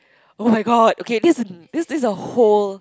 oh-my-god okay this is this is a whole